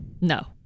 No